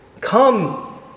Come